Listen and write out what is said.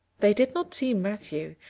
they did not see matthew,